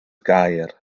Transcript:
gair